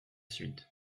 suite